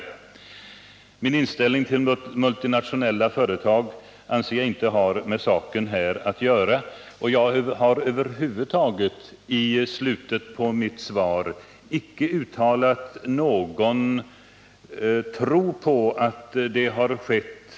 Min inställning till multinationella företag anser jag inte har med den här saken att göra. Jag har över huvud taget i slutet på mitt svar icke uttalat någon tro på hur det har skett.